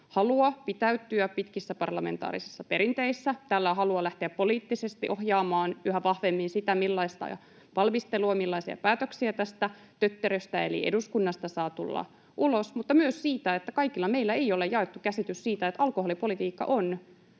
halua pitäytyä pitkissä parlamentaarisissa perinteissä tai ole halua lähteä poliittisesti ohjaamaan yhä vahvemmin sitä, millaista valmistelua ja millaisia päätöksiä tästä tötteröstä eli eduskunnasta saa tulla ulos, mutta myös siitä, että kaikilla meillä ei ole jaettu käsitys siitä, että alkoholipolitiikka on